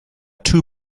too